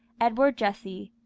edward jesse.